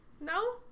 No